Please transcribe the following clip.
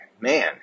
man